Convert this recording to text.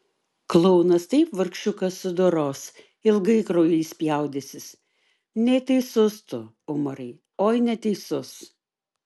klounas taip vargšiuką sudoros ilgai kraujais spjaudysis neteisus tu umarai oi neteisus